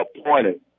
Appointed